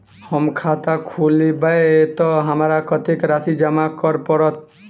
हम खाता खोलेबै तऽ हमरा कत्तेक राशि जमा करऽ पड़त?